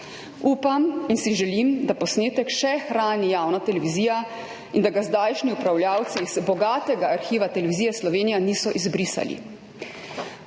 Upam in si želim, da posnetek še hrani javna televizija in da ga zdajšnji upravljavci iz bogatega arhiva Televizije Slovenija niso izbrisali.